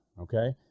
okay